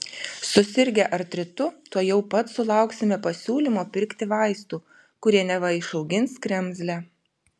susirgę artritu tuojau pat sulauksime pasiūlymo pirkti vaistų kurie neva išaugins kremzlę